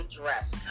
dress